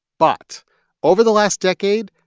but over the last decade,